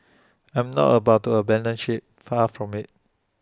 I am not about to abandon ship far from IT